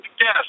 yes